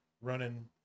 running